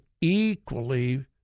equally